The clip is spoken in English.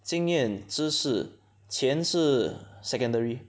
经验知识钱是 secondary